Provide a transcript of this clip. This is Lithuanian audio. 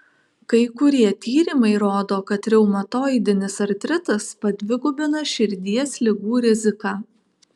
kai kurie tyrimai rodo kad reumatoidinis artritas padvigubina širdies ligų riziką